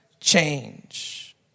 change